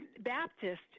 Baptist